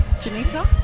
Janita